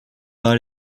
pas